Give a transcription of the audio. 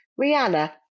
Rihanna